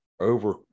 over